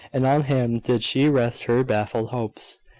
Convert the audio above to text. and on him did she rest her baffled hopes.